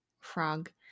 frog